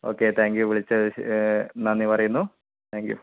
okay thank you വിളിച്ചന്വേ നന്ദി പറയുന്നു താങ്ക്യൂ